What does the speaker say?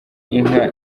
inka